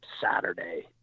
Saturday